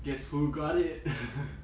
guess who got it